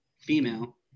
female